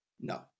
No